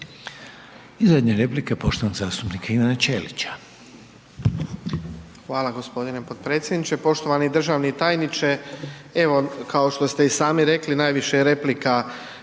I zadnja replika poštovanog zastupnika Ivana Ćelića.